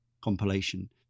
compilation